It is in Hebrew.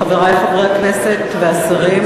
אני מתכבד להזמין את חברת הכנסת שלי יחימוביץ,